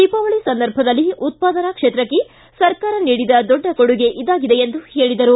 ದೀಪಾವಳಿ ಸಂದರ್ಭದಲ್ಲಿ ಉತ್ಪಾದನಾ ಕ್ಷೇತ್ರಕ್ಕೆ ಸರ್ಕಾರ ನೀಡಿದ ದೊಡ್ಡ ಕೊಡುಗೆ ಇದಾಗಿದೆ ಎಂದರು